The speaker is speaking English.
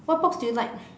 what books do you like